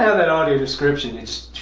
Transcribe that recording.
ah that audio description, it just.